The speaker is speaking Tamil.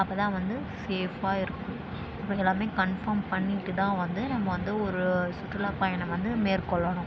அப்போ தான் வந்து சேஃபாக இருக்கும் இப்படி எல்லாேருமே கன்ஃபார்ம் பண்ணிவிட்டு தான் வந்து நம்ம வந்து ஒரு சுற்றுலா பயணம் வந்து மேற்கொள்ளணும்